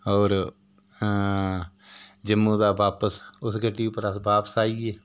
होर अं जम्मू दा बापस उस गड्डी उप्पर अस बापस आइये